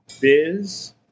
biz